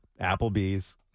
Applebee's